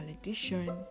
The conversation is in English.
edition